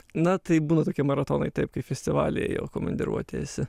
na tai būna tokie maratonai taip kaip festivaly jau komandiruotėj esi